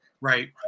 Right